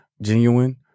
genuine